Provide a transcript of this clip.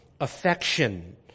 affection